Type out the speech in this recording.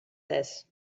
this